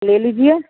ले लीजिए